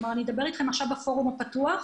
אני אדבר עכשיו בפורום הפתוח,